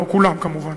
לא כולם כמובן.